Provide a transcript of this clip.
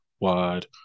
Wide